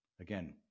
again